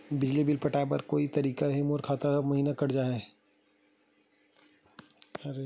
बिजली बिल पटाय बर का कोई तरीका हे मोर खाता ले हर महीना कट जाय?